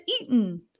eaten